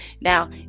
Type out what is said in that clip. now